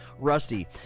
Rusty